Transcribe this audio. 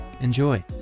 Enjoy